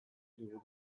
libururik